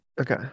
Okay